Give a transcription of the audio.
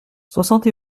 soixante